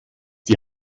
die